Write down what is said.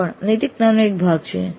આ પણ નૈતિકતાનો એક ભાગ છે